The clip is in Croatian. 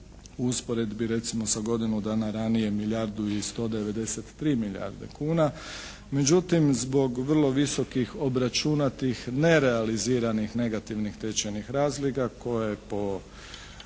usporedbi sa recimo godinu dana ranije milijardu i 193 milijarde kuna. Međutim zbog vrlo visokih obračunatih nerealiziranih negativnih tečajnih razlika koje po